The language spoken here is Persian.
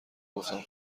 گفتم